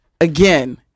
again